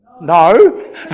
no